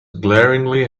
glaringly